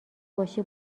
باشی